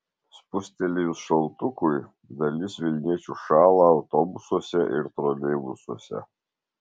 spustelėjus šaltukui dalis vilniečių šąla autobusuose ir troleibusuose